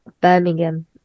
Birmingham